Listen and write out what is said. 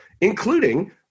including